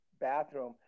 bathroom